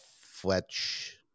Fletch